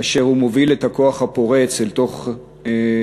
כאשר הוא מוביל את הכוח הפורץ אל תוך הטרמינל,